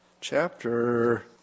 chapter